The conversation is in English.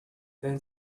then